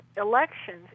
elections